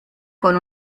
con